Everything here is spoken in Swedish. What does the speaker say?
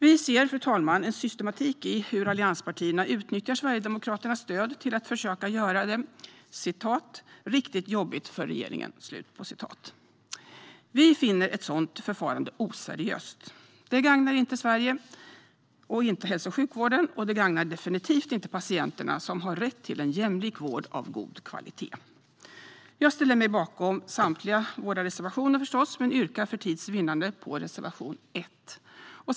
Vi ser, fru talman, en systematik i hur allianspartierna utnyttjar Sverigedemokraternas stöd till att försöka göra det riktigt jobbigt för regeringen, som man har sagt. Vi finner ett sådant förfarande oseriöst. Det gagnar inte Sverige och inte hälso och sjukvården, och det gagnar definitivt inte patienterna, som har rätt till en jämlik vård av god kvalitet. Jag ställer mig förstås bakom samtliga våra reservationer men yrkar för tids vinnande endast bifall till reservation 1.